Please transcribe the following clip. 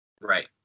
Right